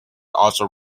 also